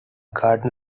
garden